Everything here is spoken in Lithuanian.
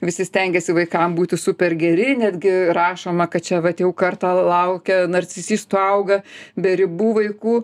visi stengiasi vaikam būti super geri netgi rašoma kad čia vat jau karta laukia narcisistų auga be ribų vaikų